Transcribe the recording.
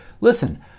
listen